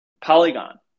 Polygon